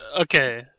Okay